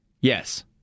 Yes